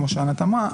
כמו שענת אמרה,